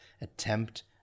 attempt